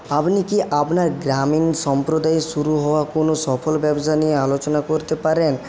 আপনি কি আপনার গ্রামীণ সম্প্রদায়ে শুরু হওয়া কোন সফল ব্যবসা নিয়ে আলোচনা করতে পারেন